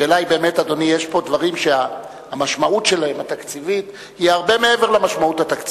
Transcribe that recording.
השאלה היא: יש פה דברים שהמשמעות שלהם היא הרבה מעבר למשמעות התקציבית.